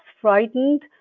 frightened